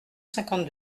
cinquante